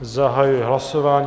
Zahajuji hlasování.